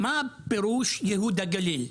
מה פירוש ייהוד הגליל?